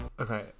okay